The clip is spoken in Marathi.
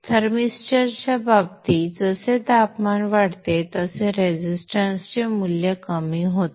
थर्मिस्टर च्या बाबतीत जसे तापमान वाढते तसतसे रेजिस्टन्स चे मूल्य कमी होते